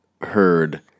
heard